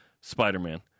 Spider-Man